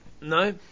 no